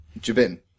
Jabin